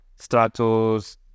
Stratos